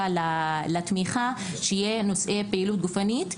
לתמיכה שיהיו נושאים של פעילות גופנית.